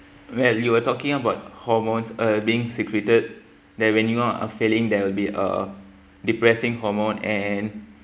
well you were talking about hormones uh being secreted then when you are feeling there will be a depressing hormone and